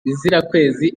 bizirakwezi